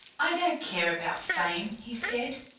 i don't care about fame, he said.